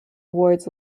awards